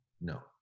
No